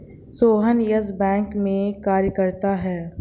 Sohan Yes Bank में कार्यरत है